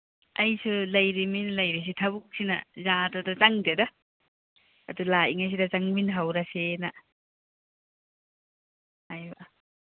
ꯑꯩꯁꯨ ꯂꯩꯔꯤꯃꯤꯅ ꯂꯩꯔꯤꯁꯤ ꯊꯕꯛꯁꯤꯅ ꯌꯥꯗꯗꯅ ꯆꯪꯗꯦꯗ ꯑꯗꯨ ꯂꯥꯛꯏꯉꯩꯁꯤꯗ ꯆꯪꯃꯤꯟꯅꯍꯧꯔꯁꯤꯅ ꯍꯥꯏꯕ